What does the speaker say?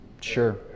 Sure